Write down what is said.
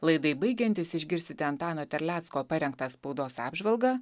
laidai baigiantis išgirsite antano terlecko parengtą spaudos apžvalgą